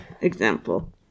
example